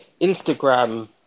Instagram